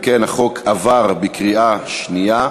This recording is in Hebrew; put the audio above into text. אם כן, החוק עבר בקריאה שנייה.